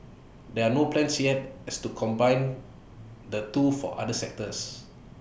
there are no plans yet as to combine the two for other sectors